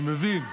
אני מבין.